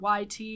yt